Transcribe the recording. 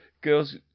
girls